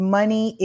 money